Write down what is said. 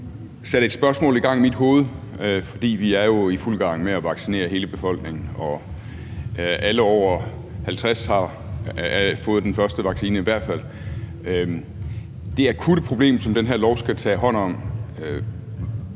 satte et spørgsmål i gang i mit hoved, for vi er jo i fuld gang med at vaccinere hele befolkningen, og alle over 50 år har fået den første vaccination i hvert fald. Findes det akutte problem, som det her lovforslag skal tage hånd om,